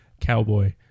cowboy